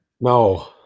No